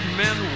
men